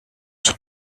son